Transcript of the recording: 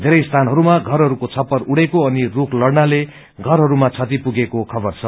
येरै स्यानहरूमा घरहरूको छप्पर उड़ेको अनि रूख लड़नाले घरहरूमा क्षति पुगेको खबर छ